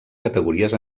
categories